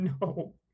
no